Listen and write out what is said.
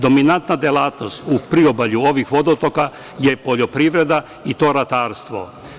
Dominantna delatnost u priobalju ovih vodotoka je poljoprivreda i ratarstvo.